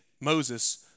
Moses